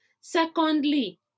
Secondly